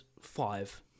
five